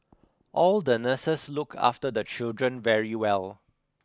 all the nurses look after the children very well